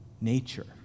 nature